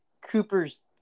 Cooper's